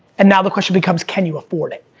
and now, the question becomes, can you afford it?